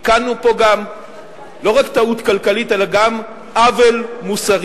תיקנו פה לא רק טעות כלכלית אלא גם עוול מוסרי.